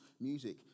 music